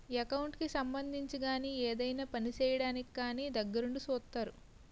account కి సంబంధించి గాని ఏదైనా పని చేయడానికి కానీ దగ్గరుండి సూత్తారు